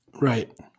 Right